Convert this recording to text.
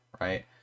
Right